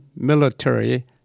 military